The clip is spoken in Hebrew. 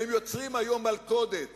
יוצרים היום מלכודת